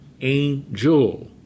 angel